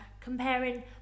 comparing